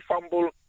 fumble